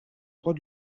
droit